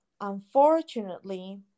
unfortunately